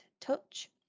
touch